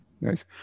Nice